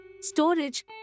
storage